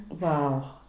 Wow